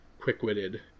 quick-witted